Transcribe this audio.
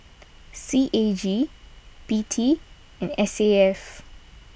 C A G P T and S A F